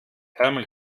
ärmel